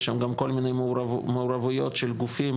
יש שם גם כל מיני מעורבויות של גופים,